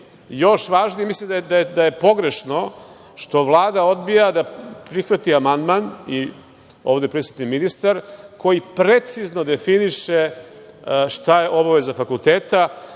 još važnije, mislim da je pogrešno što Vlada odbija da prihvati amandman i ovde prisutni ministar koji precizno definiše šta je obaveza fakulteta,